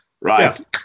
right